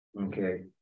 Okay